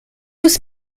was